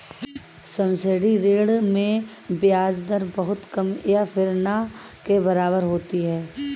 subsidy वाले ऋण में ब्याज दर बहुत कम या फिर ना के बराबर होती है